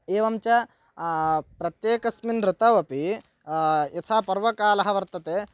एवं च प्रत्येकस्मिन् ऋतौ अपि यथा पर्वकालः वर्तते